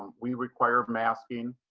we require masking,